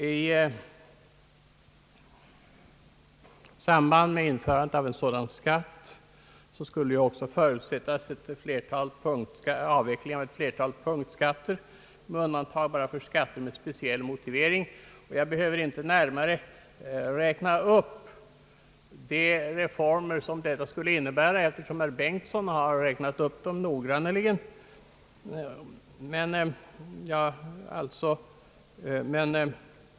I samband med införandet av en sådan skatt skulle också förutsättas avveckling av ett flertal punktskatter med undantag för skatter med speciell motivering. Jag behöver inte närmare räkna upp de reformer som detta skulle innebära, eftersom herr Bengtson har räknat upp dem noggrant.